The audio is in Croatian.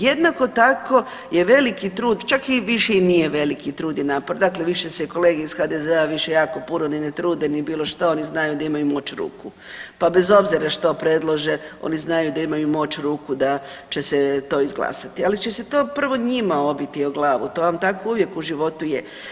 Jednako tako je veliki trud, čak i više i nije veliki trud i napor, dakle više se kolege iz HDZ-a više jako puno ni ne trude, ni bilo što oni znaju da imaju moć ruku pa bez obzira što predlože oni znaju da imaju moć ruku da će se to izglasati, ali će se to prvo njima obiti o glavu to vam tako uvijek u životu je.